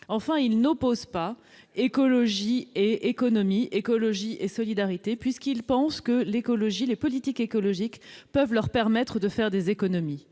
Enfin, ils n'opposent pas écologie et économie, écologie et solidarité, puisqu'ils pensent que les politiques écologiques peuvent leur permettre de réaliser des économies.